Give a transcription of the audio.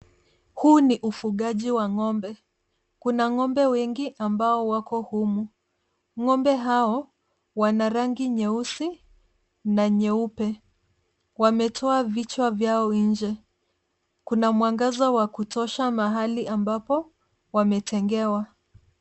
Huu ni ufugaji wa ng'ombe. Kuna ng'ombe wengi ambao wako humu. Ng'ombe hao wana rangi nyeusi na nyeupe. Wametoa vichwa vyao nje. Kuna mwangaza wa kutosha mahali ambapo wametegewa.